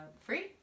free